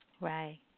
Right